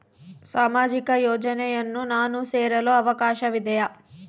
ಸಾಮಾಜಿಕ ಯೋಜನೆಯನ್ನು ನಾನು ಸೇರಲು ಅವಕಾಶವಿದೆಯಾ?